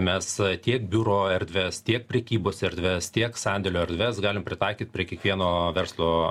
mes tiek biuro erdves tiek prekybos erdves tiek sandėlio erdves galim pritaikyt prie kiekvieno verslo